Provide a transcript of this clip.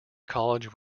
college